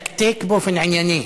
מקצועי, אמפתי ומתקתק באופן ענייני.